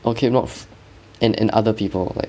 okay not f~ and and other people like